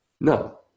No